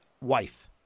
wife